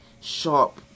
sharp